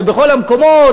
ובכל המקומות,